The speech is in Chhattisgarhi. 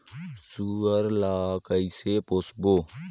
सुअर ला कइसे पोसबो?